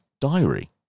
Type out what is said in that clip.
diary